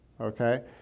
Okay